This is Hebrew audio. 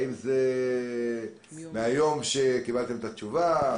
האם זה מהיום שקיבלתם את התשובה,